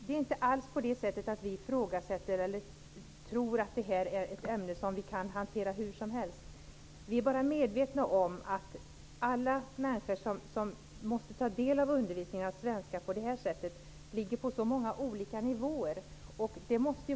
Vi ifrågasätter inte ämnet eller tror att det är ett ämne som kan hanteras hur som helst. Vi är medvetna om att alla de människor som måste ta del av denna undervisning ligger på så olika nivåer.